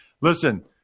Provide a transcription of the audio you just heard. Listen